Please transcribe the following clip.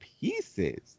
pieces